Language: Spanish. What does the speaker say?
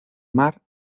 mar